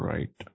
Right